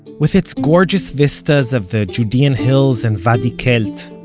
with its gorgeous vistas of the judean hills and wadi qelt,